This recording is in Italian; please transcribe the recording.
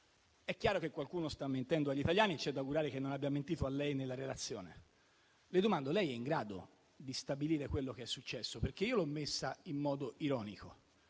è chiaro che qualcuno sta mentendo agli italiani e c'è da augurare che non abbia mentito a lei nella relazione. Le domando: lei è in grado di stabilire quello che è successo? Io ho messo la vicenda in modo ironico,